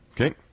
Okay